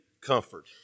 comfort